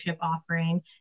offering